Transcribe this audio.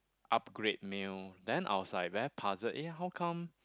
upgrade meal then I was like very puzzled eh how come